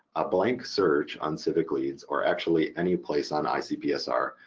a blank search on civicleads, or actually any place on icpsr,